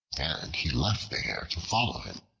and he left the hare to follow him.